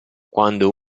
quando